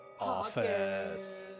office